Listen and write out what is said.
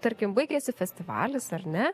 tarkim baigėsi festivalis ar ne